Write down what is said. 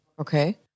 Okay